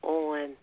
on